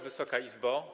Wysoka Izbo!